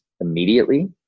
immediately